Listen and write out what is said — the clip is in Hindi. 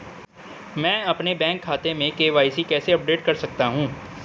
मैं अपने बैंक खाते में के.वाई.सी कैसे अपडेट कर सकता हूँ?